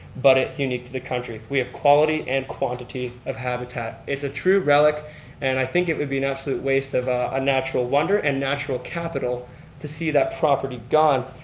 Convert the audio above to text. but it's unique to the country. we have quality and quantity of habitat. it's a true relic and i think it would be an absolute waste of ah natural wonder and natural capital to see that property gone.